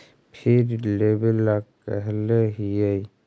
फिर लेवेला कहले हियै?